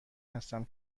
هستم